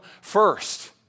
first